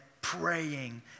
praying